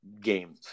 game